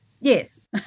Yes